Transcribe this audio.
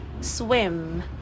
swim